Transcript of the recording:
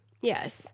Yes